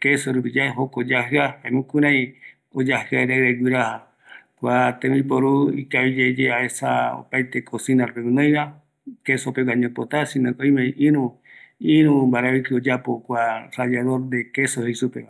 queso, fruta re yave kua oyajɨa ombopika, ñaïkarï pöpe yave, öime jaï tuisa jare misiva, yande yaipota rupi